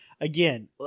Again